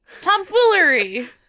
tomfoolery